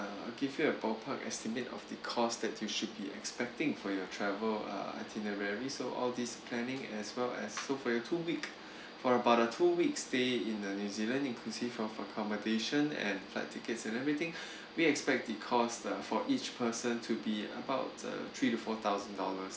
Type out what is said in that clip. I give you a ballpark estimate of the cost that you should be expecting for your travel uh itinerary so all these planning as well as so for your two week for about a two weeks stay in uh new zealand inclusive of accommodation and flight tickets and everything we expect the cost uh for each person to be about uh three to four thousand dollars